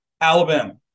Alabama